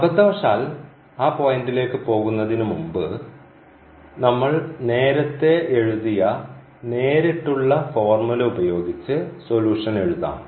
അബദ്ധവശാൽ ആ പോയിന്റിലേക്ക് പോകുന്നതിനുമുമ്പ് നമ്മൾ നേരത്തെ എഴുതിയ നേരിട്ടുള്ള ഫോർമുല ഉപയോഗിച്ച് സൊലൂഷൻ എഴുതാം